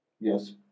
Yes